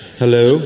hello